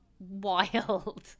wild